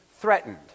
threatened